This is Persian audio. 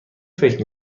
فکر